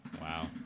Wow